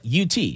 UT